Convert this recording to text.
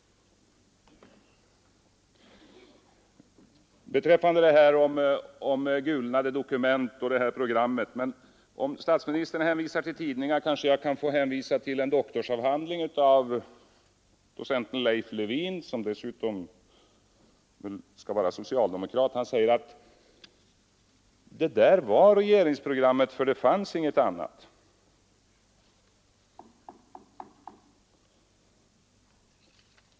Så detta tal om gulnade dokument och det här programmet. Om statsministern hänvisar till tidningar kanske jag kan få hänvisa till en doktorsavhandling av docenten Leif Levin, som väl dessutom skall vara socialdemokrat. Han säger att det där var regeringsprogrammet, för det fanns inget annat.